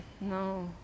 No